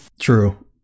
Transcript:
True